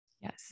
Yes